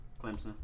Clemson